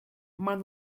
maar